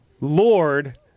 Lord